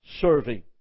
serving